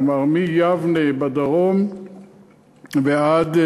נאמר מיבנה בדרום ועד,